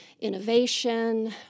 innovation